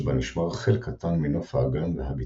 שבה נשמר חלק קטן מנוף האגם והביצות.